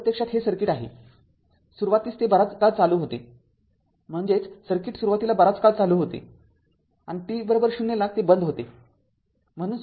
तर प्रत्यक्षात हे सर्किट आहे सुरुवातीस ते बराच काळ चालू होते म्हणजेचसर्किट सुरुवातीस बराच काळ चालू होते आणि t० ला ते बंद होते